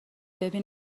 ببین